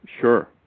Sure